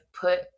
put